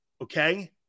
okay